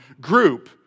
group